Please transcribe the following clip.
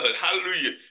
hallelujah